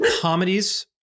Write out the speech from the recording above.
comedies